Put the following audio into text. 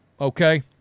okay